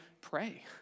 pray